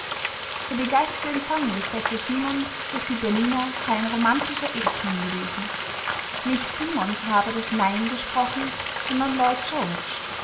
der begeisterte empfang des dr simons durch die berliner sei ein romantischer irrtum gewesen nicht simons habe das nein gesprochen sondern lloyd george